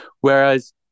Whereas